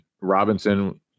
Robinson